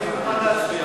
אני מוכן להצביע.